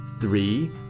three